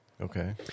Okay